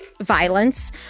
violence